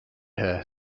her